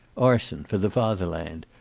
arson, for the fatherland.